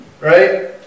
right